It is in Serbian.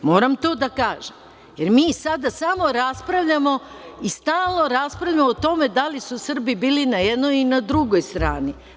Moram to da kažem, jer mi sada samo raspravljamo i stalno raspravljamo o tome da li su Srbiji bili na jednoj i na drugoj strani.